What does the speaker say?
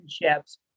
relationships